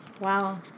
Wow